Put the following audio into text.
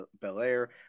Belair